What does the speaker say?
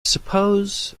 suppose